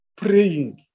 Praying